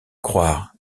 croire